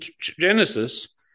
genesis